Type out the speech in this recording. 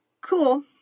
Cool